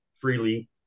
freely